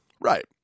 Right